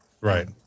right